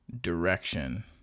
direction